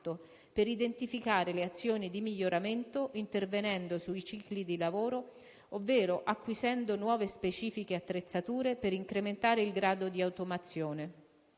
per identificare le azioni di miglioramento, intervenendo sui cicli di lavoro ovvero acquisendo nuove specifiche attrezzature per incrementare il grado di automazione.